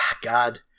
God